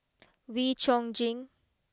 Wee Chong Jin